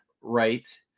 right